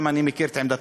אני גם מכיר את עמדתך,